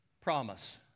promise